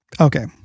Okay